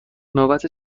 نوبت